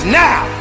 now